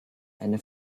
eine